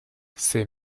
c’est